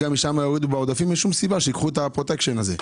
אין כל סיבה שייקחו את הפרוטקשן הזה.